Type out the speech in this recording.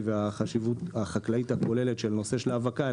והחשיבות החקלאית הכוללת של נושא האבקה,